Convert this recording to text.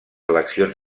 eleccions